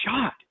shot